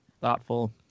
thoughtful